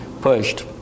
pushed